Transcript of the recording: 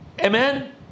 Amen